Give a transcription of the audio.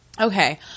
Okay